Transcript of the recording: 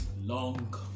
long